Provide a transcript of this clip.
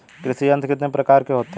कृषि यंत्र कितने प्रकार के होते हैं?